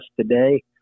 today